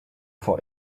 for